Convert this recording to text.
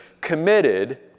committed